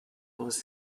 was